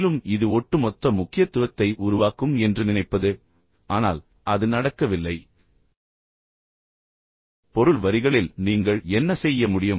மேலும் இது ஒட்டுமொத்த முக்கியத்துவத்தை உருவாக்கும் என்று நினைப்பது ஆனால் அது நடக்கவில்லை பொருள் வரிகளில் நீங்கள் என்ன செய்ய முடியும்